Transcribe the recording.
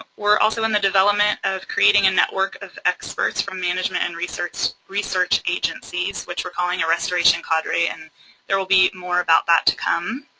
were also in the development of creating a network of experts from management and research research agencies which we're calling a restoration cadre, and there'll be more about that to come.